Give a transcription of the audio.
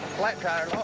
flat tire.